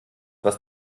was